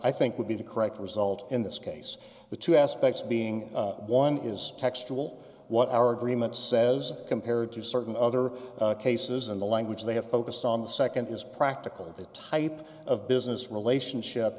i think would be the correct result in this case the two aspects being one is textual what our agreement says compared to certain other cases and the language they have focused on the nd is practically the type of business relationship